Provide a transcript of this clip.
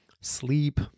sleep